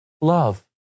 love